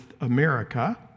America